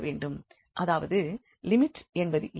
அதாவது லிமிட் என்பது இல்லை